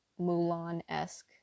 Mulan-esque